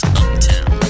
uptown